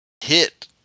hit